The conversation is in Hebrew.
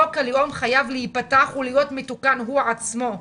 חוק הלאום חייב להיפתח ולהיות מתוקן, הוא עצמו.